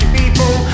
people